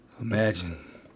imagine